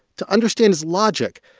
to understand his logic,